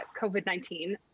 COVID-19